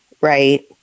Right